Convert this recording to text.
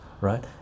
Right